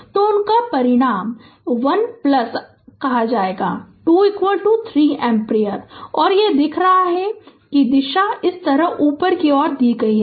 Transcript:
तो उनका परिणाम 1 कहा जायेगा 2 3 एम्पीयर है और यह दिखा रहा है कि दिशा इस तरह ऊपर की ओर दी गई है